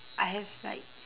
I have like